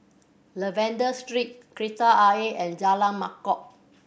Lavender Street Kreta Ayer and Jalan Mangkok